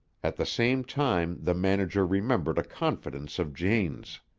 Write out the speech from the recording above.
at the same time the manager remembered a confidence of jane's.